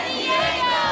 Diego